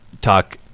talk